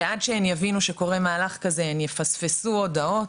שעד שהן יבינו שקורה מהלך כזה הן יפספסו הודעות,